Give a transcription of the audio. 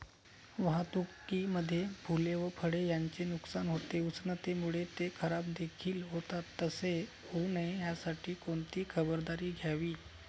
वाहतुकीमध्ये फूले व फळे यांचे नुकसान होते, उष्णतेमुळे ते खराबदेखील होतात तसे होऊ नये यासाठी कोणती खबरदारी घ्यावी?